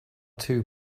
two